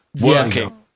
working